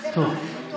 משתדל להיות הכי טוב?